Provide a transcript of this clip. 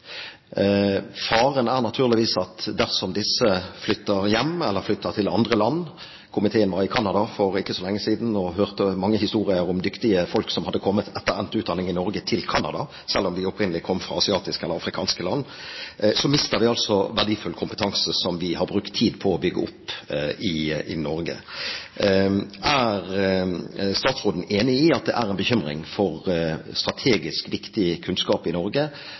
Faren er naturligvis at dersom disse flytter hjem, eller flytter til andre land – komiteen var i Canada for ikke så lenge siden og hørte mange historier om dyktige folk som etter endt utdanning i Norge hadde kommet til Canada, selv om de opprinnelig kom fra asiatiske eller afrikanske land – så mister vi verdifull kompetanse som vi har brukt tid på å bygge opp i Norge. Er statsråden enig i at det er en bekymring for strategisk viktig kunnskap i Norge